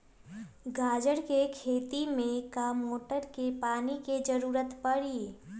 गाजर के खेती में का मोटर के पानी के ज़रूरत परी?